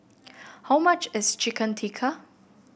how much is Chicken Tikka